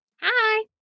Hi